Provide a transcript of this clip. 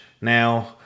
Now